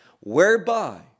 whereby